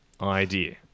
idea